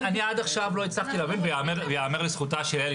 עד עכשיו לא הצלחתי להבין וייאמר לזכותה של יעל,